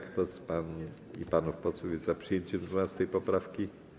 Kto z pań i panów posłów jest za przyjęciem 12. poprawki?